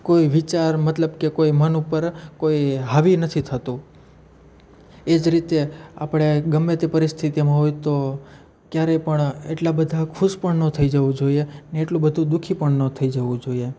કોઈ વિચાર મતલબ કે કોઈ મન ઉપર કોઈ હાવી નથી થતું ઈ જ રીતે આપણે ગમે તે પરિસ્થિતિમાં હોઈએ તો ક્યારે પણ એટલા બધા ખુશ પણ ન થઈ જવું જોઈએ ને એટલું બધું દુઃખી પણ ન થઈ જવું જોઈએ